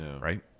Right